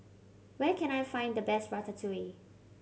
where can I find the best Ratatouille